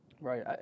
Right